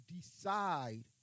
decide